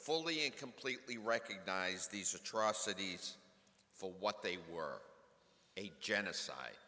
fully and completely recognize these atrocities for what they were a genocide